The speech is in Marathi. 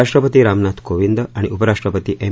राष्ट्रपती रामनाथ कोविंद आणि उपराष्ट्रपती एम